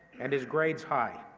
and his grades high.